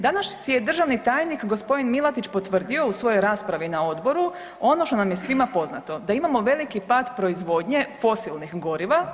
Danas je državni tajnik gospodin Milatić potvrdio u svojoj raspravi na odboru ono što nam je svima poznato, da imamo veliki pad proizvodnje fosilnih goriva.